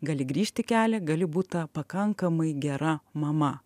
gali grįžt į kelią gali būt ta pakankamai gera mama